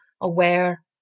aware